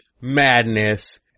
Madness